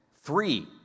Three